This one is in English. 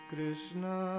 Krishna